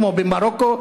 כמו במרוקו,